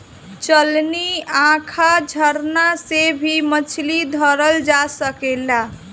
चलनी, आँखा, झरना से भी मछली धइल जा सकेला